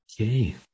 Okay